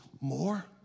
more